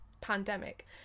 pandemic